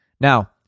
Now